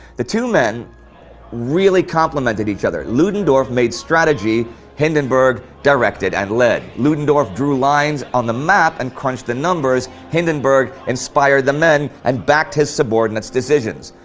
the two men really complimented each other ludendorff made strategy, hindenburg directed and led. ludendorff drew lines of the map and crunched the numbers hindenburg inspired the men and backed his subordinate's decisions.